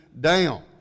down